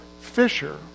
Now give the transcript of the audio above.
fisher